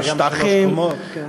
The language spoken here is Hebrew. וגם שלוש קומות.